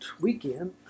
weekend